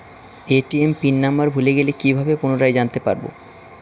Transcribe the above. ATM pin number ভুলে গেলে কি ভাবে পুনরায় জানতে পারবো?